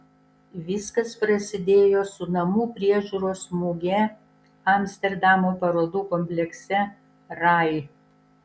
viskas prasidėjo su namų priežiūros muge amsterdamo parodų komplekse rai